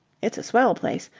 it's a swell place.